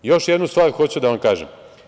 Još jednu stvar hoću da vam kažem.